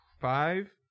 Five